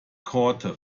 korte